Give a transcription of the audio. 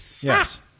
yes